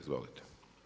Izvolite.